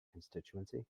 constituency